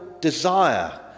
desire